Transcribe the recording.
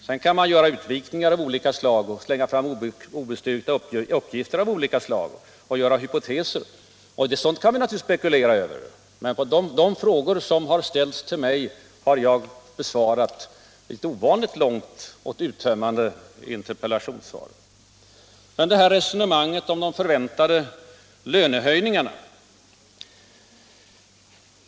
Sedan kan man göra utvikningar av olika slag, slänga fram obestyrkta uppgifter och framföra hypoteser, och sådant kan vi naturligtvis spekulera över. Men de frågor som har ställts till mig har jag besvarat i ett långt och uttömmande interpellationssvar. Men så till resonemanget om de förväntade lönehöjningarna.